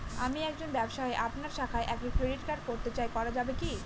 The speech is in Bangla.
আমি একজন ব্যবসায়ী আপনার শাখায় একটি ক্রেডিট কার্ড করতে চাই করা যাবে কি?